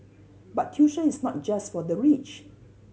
but tuition is not just for the rich